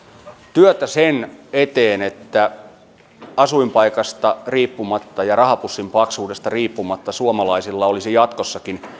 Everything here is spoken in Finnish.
työtä sen eteen että asuinpaikasta ja rahapussin paksuudesta riippumatta suomalaisilla olisi jatkossakin